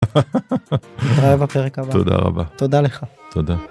(צחוק) תודה רבה קריא.. תודה רבה. תודה לך. תודה